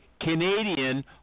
Canadian